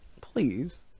Please